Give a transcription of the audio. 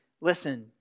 listen